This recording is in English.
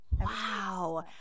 Wow